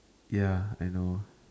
ya I know